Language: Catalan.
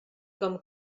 com